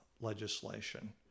legislation